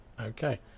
Okay